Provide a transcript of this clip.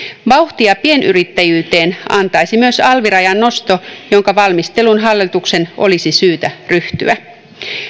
vauhtia pienyrittäjyyteen antaisi myös alvirajan nosto jonka valmisteluun hallituksen olisi syytä ryhtyä